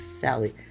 Sally